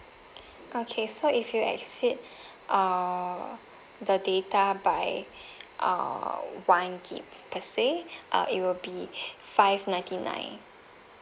okay so if you exceed uh the data by uh one gig per se uh it will be five ninety nine